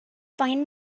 find